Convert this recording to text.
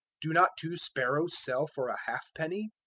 do not two sparrows sell for a halfpenny?